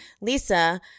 Lisa